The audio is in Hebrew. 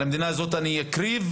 על המדינה הזאת אני אקריב.